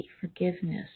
forgiveness